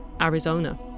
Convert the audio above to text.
Arizona